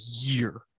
year